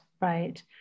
right